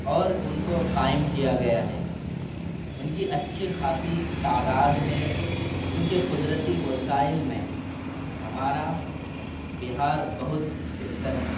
اور ان کو قائم کیا گیا ہے ان کی اچھی خاصی تعداد ہے کیونکہ قدرتی وسائل میں ہمارا بہار بہت بہتر ہے